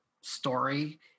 story